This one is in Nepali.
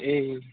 ए